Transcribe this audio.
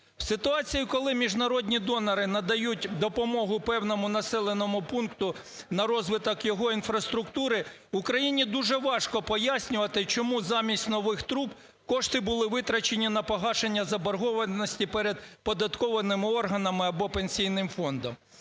ситуації, коли міжнародні донори надають допомогу певному населеному пункту на розвиток його інфраструктури, Україні дуже важко пояснювати, чому замість нових труб кошти були витрачені на погашення заборгованості перед податковими органами або Пенсійним фондом.